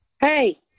Hey